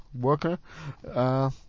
worker